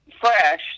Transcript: fresh